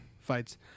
fights